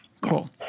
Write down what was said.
Cool